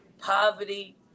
poverty